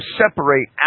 separate